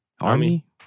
Army